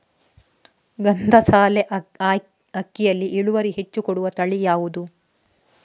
ಗಂಧಸಾಲೆ ಅಕ್ಕಿಯಲ್ಲಿ ಇಳುವರಿ ಹೆಚ್ಚು ಕೊಡುವ ತಳಿ ಯಾವುದು?